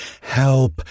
Help